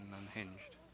unhinged